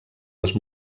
les